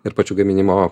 ir pačiu gaminimo